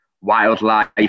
wildlife